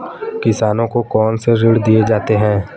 किसानों को कौन से ऋण दिए जाते हैं?